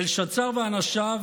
בלשאצר ואנשיו,